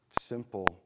simple